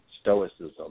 stoicism